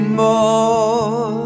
more